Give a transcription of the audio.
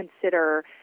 consider